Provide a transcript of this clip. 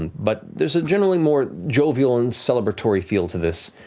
and but there's a generally more jovial and celebratory feel to this